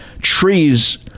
trees